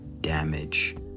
damage